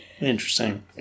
Interesting